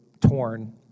torn